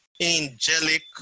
angelic